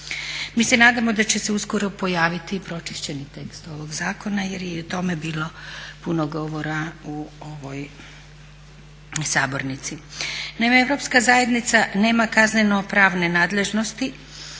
Mi se nadamo da će se uskoro pojaviti i pročišćeni tekst ovog zakona jer je i o tome bilo puno govora u ovoj sabornici. Naime, europska zajednica nema kazneno pravne nadležnosti,